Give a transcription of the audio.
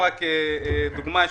לדוגמה,